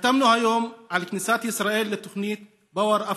"חתמנו היום על כניסת ישראל לתוכנית Power Africa,